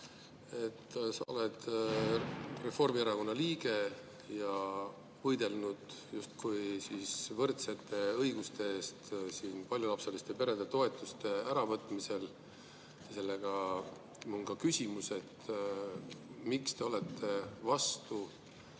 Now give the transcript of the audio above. Sa oled Reformierakonna liige ja võidelnud justkui võrdsete õiguste eest siin paljulapseliste perede toetuste äravõtmisel. Selle kohta on mul ka küsimus. Miks te olete vastu